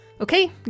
Okay